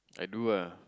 I do ah